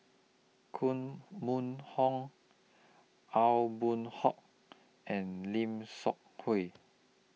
Koh Mun Hong Aw Boon Haw and Lim Seok Hui